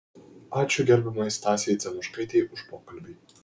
ačiū gerbiamai stasei dzenuškaitei už pokalbį